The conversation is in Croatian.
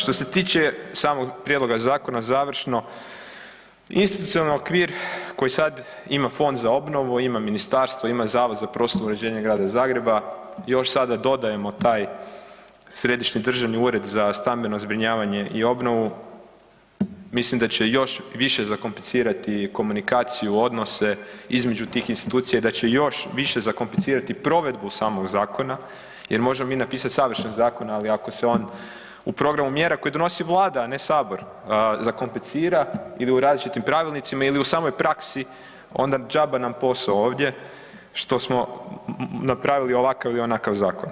Što se tiče samog prijedloga zakona završno, institucionalni okvir koji sad ima Fond za obnovu, ima ministarstvo, ima Zavod za prostorno uređenje Grada Zagreba još sada dodajemo taj Središnji državni ured za stambeno zbrinjavanje i obnovu, mislim da će još više zakomplicirati komunikaciju, odnose između tih institucija i da će još više zakomplicirati provedbu samog zakona jer možemo mi napisati savršen zakon ali ako se on u programu mjera koje donosi Vlada, a ne sabor, zakomplicira ili u različitim pravilnicima ili u samoj praksi onda đaba nam posao ovdje što smo napravili ovakav i onakav zakon.